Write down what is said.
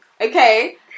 Okay